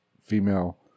female